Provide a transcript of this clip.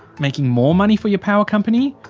making more money for your power company,